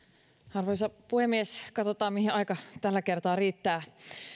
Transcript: arvoisa puhemies katsotaan mihin aika tällä kertaa riittää